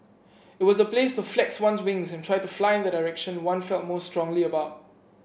it was a place to flex one's wings and try to fly in the direction one felt most strongly about